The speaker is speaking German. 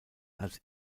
als